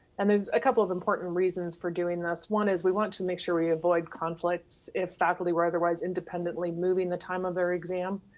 and there's a couple of important reasons for doing this. one is we want to make sure we avoid conflicts if faculty were otherwise independently moving the time of their exam.